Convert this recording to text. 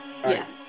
Yes